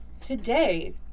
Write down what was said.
Today